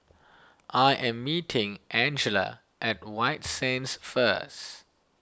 I am meeting Angela at White Sands first